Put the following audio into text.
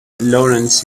laurence